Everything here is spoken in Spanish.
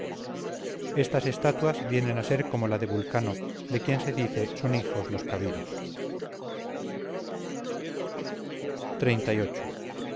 estas estatuas vienen a ser como la de vulcano de quien se dice son hijos los cabiros xxxviii por